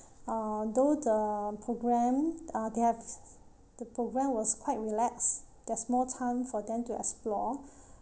uh though the programme uh they have the programme was quite relaxed there's more time for them to explore